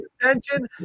attention